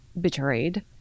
betrayed